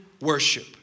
worship